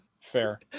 fair